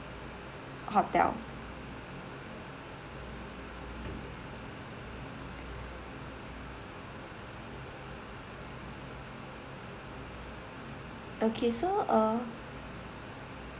hotel okay so uh